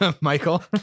Michael